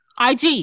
IG